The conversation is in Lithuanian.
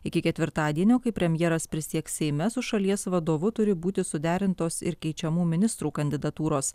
iki ketvirtadienio kai premjeras prisieks seime su šalies vadovu turi būti suderintos ir keičiamų ministrų kandidatūros